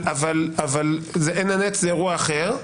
אבל זה אירוע אחר.